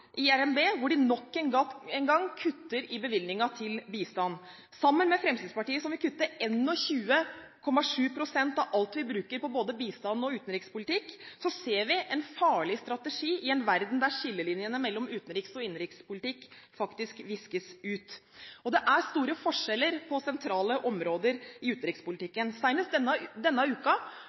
hvor de nok en gang kutter i bevilgningene til bistand. Ved at Høyre gjør dette, sammen med Fremskrittspartiet som vil kutte 21,7 pst. av alt vi bruker på både bistand og utenrikspolitikk, ser vi en farlig strategi, i en verden der skillelinjene mellom utenrikspolitikk og innenrikspolitikk faktisk viskes ut. Det er store forskjeller på sentrale områder i utenrikspolitikken. Senest denne